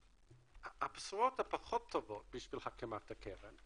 יותר --- הבשורות הפחות טובות בשביל הקמת הקרן,